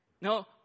No